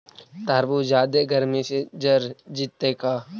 तारबुज जादे गर्मी से जर जितै का?